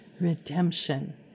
redemption